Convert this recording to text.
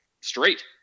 straight –